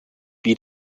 wie